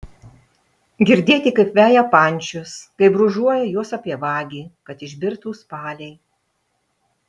girdėti kaip veja pančius kaip brūžuoja juos apie vagį kad išbirtų spaliai